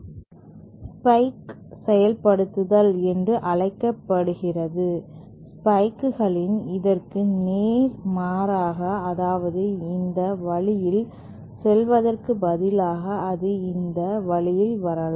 அது ஸ்பைக் செயல்படுத்தல் என்று அழைக்கப்படுகிறது ஸ்பைக்கில் இதற்கு நேர்மாறாக அதாவது இந்த வழியில் செல்வதற்கு பதிலாக அது இந்த வழியில் வரலாம்